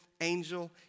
angel